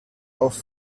auf